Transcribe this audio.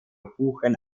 buchen